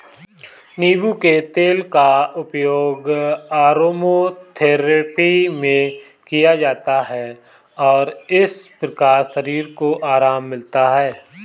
नींबू के तेल का उपयोग अरोमाथेरेपी में किया जाता है और इस प्रकार शरीर को आराम मिलता है